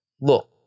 Look